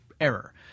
error